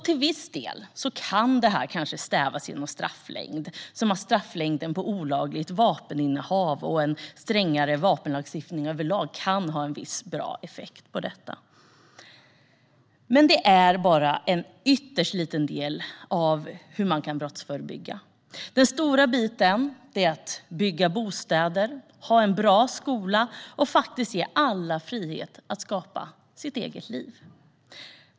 Till viss del kan det här kanske stävjas genom strafflängd. Längre straff för olagligt vapeninnehav och en strängare vapenlagstiftning överlag kan ha en viss bra effekt. Men det är bara en ytterst liten del av hur man kan brottsförebygga. Den stora biten är att bygga bostäder, ha en bra skola och faktiskt ge alla frihet att skapa sitt eget liv.